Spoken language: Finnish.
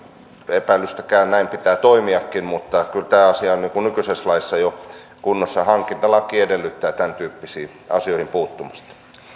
epäilystäkään näin pitää toimiakin mutta kyllä tämä asia on nykyisessä laissa jo kunnossa hankintalaki edellyttää tämäntyyppisiin asioihin puuttumista